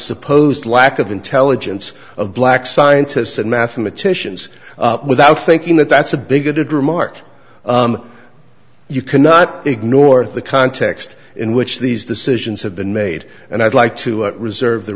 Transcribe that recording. supposed lack of intelligence of black scientists and mathematicians without thinking that that's a bigoted remark you cannot ignore the context in which these decisions have been made and i'd like to reserve the